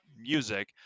music